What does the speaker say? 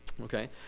okay